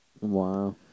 Wow